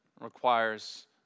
requires